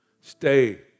stay